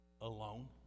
alone